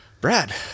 brad